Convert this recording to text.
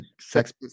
Sex